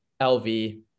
LV